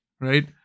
right